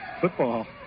football